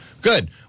Good